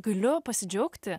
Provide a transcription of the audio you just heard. galiu pasidžiaugti